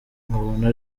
nkabona